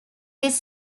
this